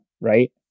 right